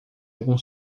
algum